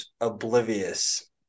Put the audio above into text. oblivious